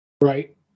Right